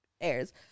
airs